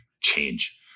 change